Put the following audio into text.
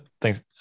Thanks